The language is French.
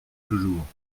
toujours